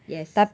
yes